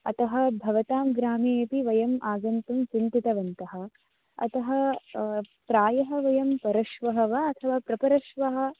अतः भवतां ग्रामे अपि वयं आगन्तुं चिन्तितवन्तः अतः प्रायः वयं परश्वः वा अथवा प्रपरश्वः